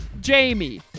Jamie